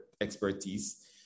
expertise